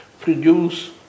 produce